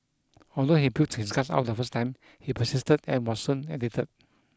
although he puked his guts out the first time he persisted and was soon addicted